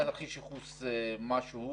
היה תרחיש ייחוס מסוים,